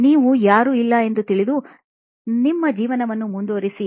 ನಾವು ಯಾರು ಇಲ್ಲ ಎಂದು ತಿಳಿದು ನಿಮ್ಮ ಜೀವನವನ್ನು ಮುಂದುವರಿಸಿ